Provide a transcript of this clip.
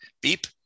Beep